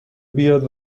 بیاد